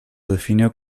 definió